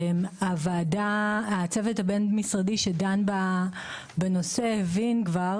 הצוות הבין-משרדי שדן בנושא הבין כבר